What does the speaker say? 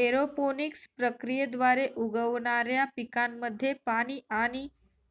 aeroponics प्रक्रियेद्वारे उगवणाऱ्या पिकांमध्ये पाणी आणि